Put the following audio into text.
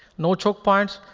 no choke points.